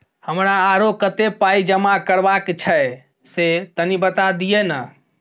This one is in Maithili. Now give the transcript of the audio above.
हमरा आरो कत्ते पाई जमा करबा के छै से तनी बता दिय न?